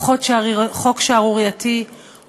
הוא חוק שערורייתי,